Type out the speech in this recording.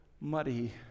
muddy